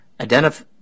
identify